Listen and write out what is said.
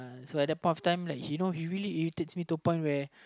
ya so at that point of time like you know he really irritates me to the point where